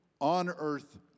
on-earth